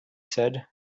said